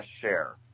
share